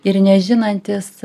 ir nežinantys